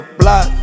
block